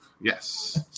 Yes